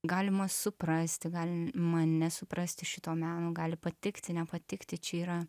galima suprasti galima nesuprasti šito meno gali patikti nepatikti čia yra